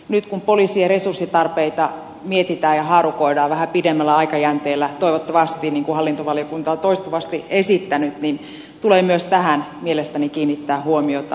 nyt kun poliisien resurssitarpeita mietitään ja haarukoidaan vähän pidemmällä aikajänteellä toivottavasti niin kuin hallintovaliokunta on toistuvasti esittänyt tulee myös tähän mielestäni kiinnittää huomiota